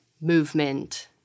movement